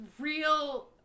real